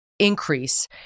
increase